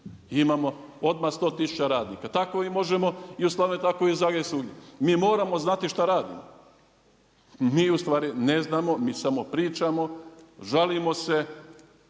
imamo odmah 100 tisuća radnika. Tako i možemo i u Slavoniji, tako i u Zagrebu i svugdje. Mi moramo znati šta radimo. Mi ustvari ne znamo, mi samo pričamo, žalimo se.